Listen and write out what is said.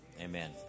Amen